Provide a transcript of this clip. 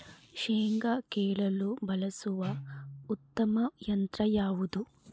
ಶೇಂಗಾ ಕೇಳಲು ಬಳಸುವ ಉತ್ತಮ ಯಂತ್ರ ಯಾವುದು?